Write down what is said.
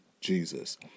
Jesus